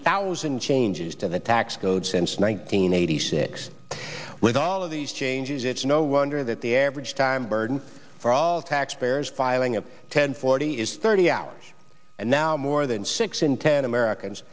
thousand changes to the tax code since nineteen eighty six with all of these changes it no wonder that the average time burden for all taxpayers piling up ten forty is thirty hours and now more than six in ten americans